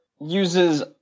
uses